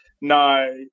no